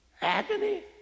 Agony